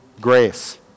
grace